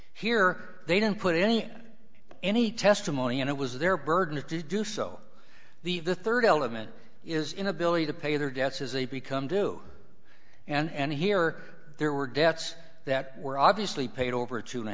here they didn't put any on any testimony and it was their burden it to do so the the third element is inability to pay their debts has a become due and here there were debts that were obviously paid over two and a